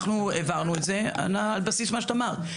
אנחנו העברנו את זה על בסיס מה שאת אמרת,